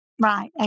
Right